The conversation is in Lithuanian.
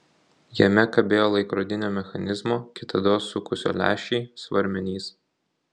jame kabėjo laikrodinio mechanizmo kitados sukusio lęšį svarmenys